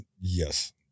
Yes